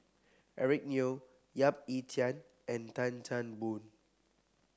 Eric Neo Yap Ee Chian and Tan Chan Boon